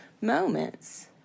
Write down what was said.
moments